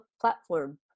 platform